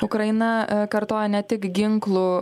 ukraina kartoja ne tik ginklų